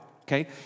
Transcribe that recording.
okay